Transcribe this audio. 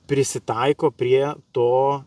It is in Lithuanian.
prisitaiko prie to